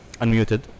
unmuted